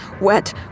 wet